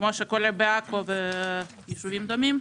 כמו שקורה בעכו וביישובים דומים,